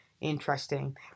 Interesting